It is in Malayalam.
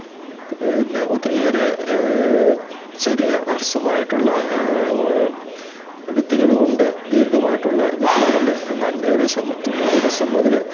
ഇന്ന് ഒത്തിരിയേറെ ചെറിയ ഹ്രസ്വമായിട്ടുള്ള വിത്തുകളും ഒണ്ട് ദീർഘമായിട്ടുള്ള വിത്തുകളുമുണ്ട് എന്നാൽ ഏകദേശം തൊണ്ണൂറ് ദിവസം മുതല്